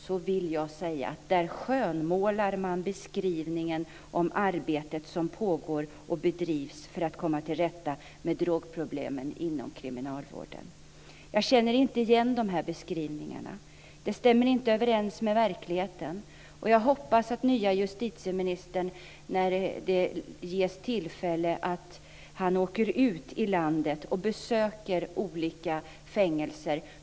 Jag vill säga att man där skönmålar beskrivningen av arbetet som pågår och bedrivs för att komma till rätta med drogproblemen inom kriminalvården. Jag känner inte igen de här beskrivningarna. De stämmer inte överens med verkligheten. Jag hoppas att den nya justitieministern, när det ges tillfälle, åker ut i landet och besöker olika fängelser.